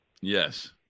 Yes